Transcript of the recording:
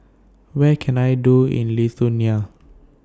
Where Can I Do in Lithuania